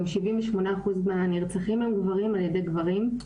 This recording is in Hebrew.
גם 78 אחוז מהנרצחים הם גברים על ידי גברים.